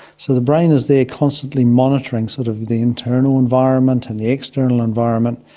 so the brain is there constantly monitoring sort of the internal environment and the external environment,